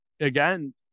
again